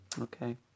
Okay